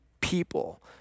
people